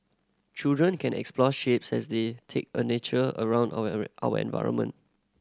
children can explore shapes as they take a nature around our environment